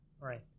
right